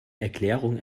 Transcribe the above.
erklärung